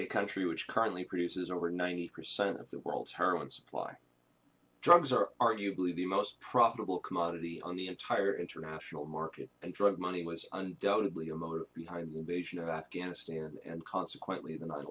a country which currently produces over ninety percent of the world's heroin supply drugs are arguably the most profitable commodity on the entire international market and drug money was undoubtedly a motive behind the invasion of afghanistan and consequently the nine